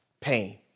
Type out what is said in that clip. pain